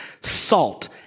salt